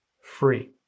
free